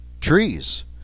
trees